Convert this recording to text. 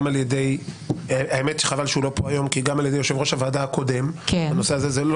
גם על ידי יושב-ראש הוועדה הקודם בנושא הזה,